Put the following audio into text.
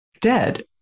dead